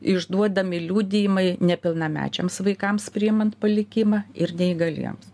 išduodami liudijimai nepilnamečiams vaikams priimant palikimą ir neįgaliems